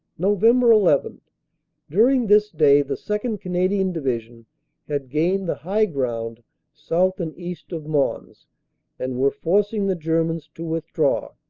november eleven during this day the second. canadian divi sion had gained the high ground south and east of mons and were forcing the germans to withdraw.